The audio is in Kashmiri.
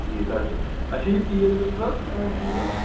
ٹھیٖک حظ چھُ اَچھا یہِ تیٖل ویٖل چھُو حظ کٕنان تیٖل